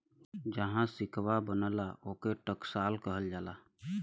जहाँ सिक्कवा बनला, ओके टकसाल कहल जाला